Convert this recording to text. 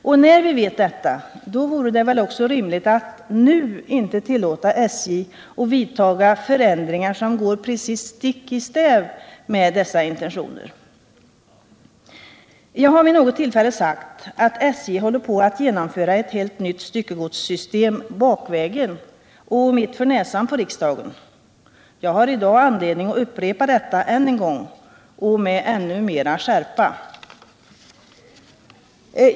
Och när vi vet detta vore det väl också rimligt att nu inte tillåta SJ vidta förändringar som går precis stick i stäv med dessa intentioner. Jag har vid något tillfälle sagt att SJ håller på att genomföra ett helt nytt styckegodssystem, bakvägen och mitt för näsan på riksdagen. Jag har i dag anledning att upprepa detta med ännu mera skärpa!